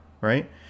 right